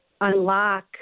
unlock